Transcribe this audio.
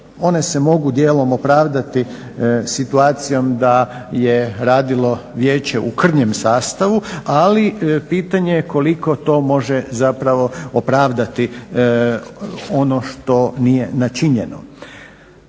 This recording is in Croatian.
one se mogu dijelom opravdati situacijom da je radilo vijeće u krnjem sastavu, ali pitanje je koliko to može zapravo opravdati ono što nije načinjeno.